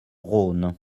rhône